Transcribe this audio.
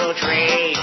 tree